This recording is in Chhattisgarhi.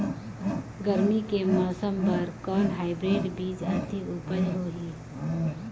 गरमी के मौसम बर कौन हाईब्रिड बीजा अधिक उपज होही?